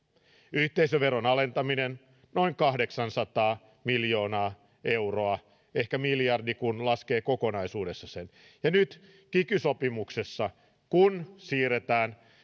yhteisöveron alentaminen noin kahdeksansataa miljoonaa euroa ehkä miljardi kun laskee sen kokonaisuudessaan ja nyt kiky sopimuksessa kun siirretään